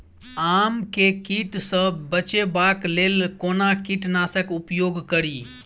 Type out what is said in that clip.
आम केँ कीट सऽ बचेबाक लेल कोना कीट नाशक उपयोग करि?